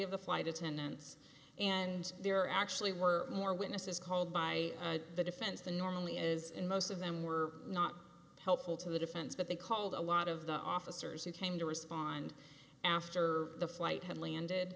of the flight attendants and there actually were more witnesses called by the defense the normally is and most of them were not helpful to the defense but they called a lot of the officers who came to respond after the flight had landed